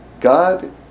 God